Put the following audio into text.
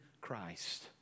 Christ